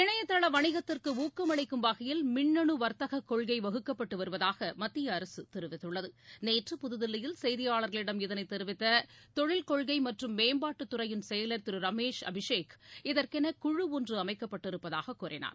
இணையதள வணிகத்திற்கு ஊக்கம் அளிக்கும் வகையில் மின்னனு வர்த்தக கொள்கை வகுக்கப்பட்டு வருவதாக மத்திய அரசு தெரிவித்துள்ளது நேற்று புதுதில்லியில் செய்தியாளர்களிடம் இதனை தெரிவித்த தொழில் கொள்கை மற்றும் மேம்பாட்டு துறையின் செயலர் திரு ரமேஷ் அபிஷேக் இதற்கென குழு ஒன்று அமைக்கப்பட்டிருப்பதாக தெரிவித்தார்